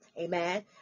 amen